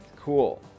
Cool